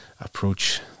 approach